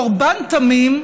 קורבן תמים.